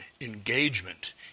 engagement